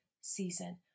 season